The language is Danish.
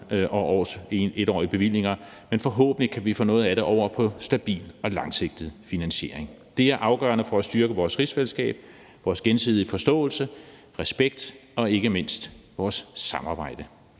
og 1-årige bevillinger, men forhåbentlig kan vi få noget af det over på stabil og langsigtet finansiering. Det er afgørende for at styrke vores rigsfællesskab, vores gensidige forståelse og respekt og ikke mindst vores samarbejde.